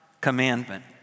commandment